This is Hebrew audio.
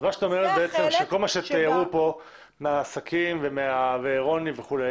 מה שאת אומרת שכל מה שתיארו כאן מהעסקים ומה שאמר רוני סורקיס,